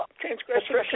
transgression